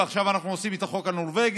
ועכשיו אנחנו עושים את החוק הנורבגי,